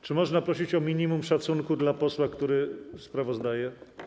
Czy można prosić o minimum szacunku dla posła, który sprawozdaje?